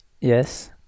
Yes